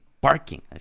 barking